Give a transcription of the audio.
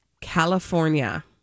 California